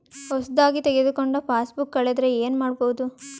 ಹೊಸದಾಗಿ ತೆಗೆದುಕೊಂಡ ಪಾಸ್ಬುಕ್ ಕಳೆದರೆ ಏನು ಮಾಡೋದು?